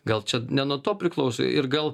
gal čia ne nuo to priklauso ir gal